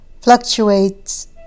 fluctuates